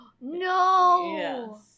No